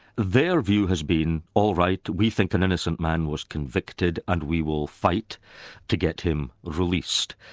their view has been all right, we think an innocent man was convicted and we will fight to get him released.